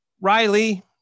Riley